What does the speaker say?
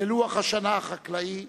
ללוח השנה החקלאי,